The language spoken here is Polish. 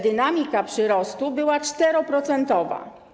Dynamika przyrostu była 4-procentowa.